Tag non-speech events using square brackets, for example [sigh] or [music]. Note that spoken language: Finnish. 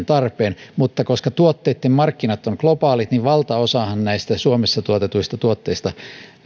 [unintelligible] tarpeen mutta koska tuotteitten markkinat ovat globaalit niin valtaosahan näistä suomessa tuotetuista tuotteista